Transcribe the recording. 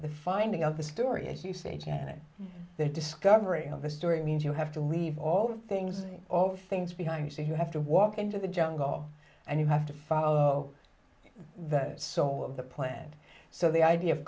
the finding of the story as you say janet their discovery of the story means you have to leave all things all things behind you so you have to walk into the jungle and you have to follow the soul of the plant so the idea of